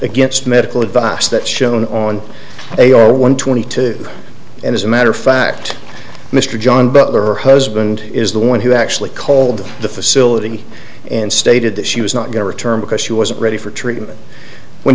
against medical advice that shone on a r one twenty two and as a matter of fact mr john bell her husband is the one who actually called the facility and stated that she was not going to return because she wasn't ready for treatment when